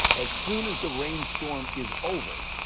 as soon as the rainstorm is over,